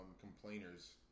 complainers